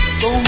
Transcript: go